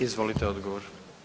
Izvolite odgovor.